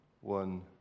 one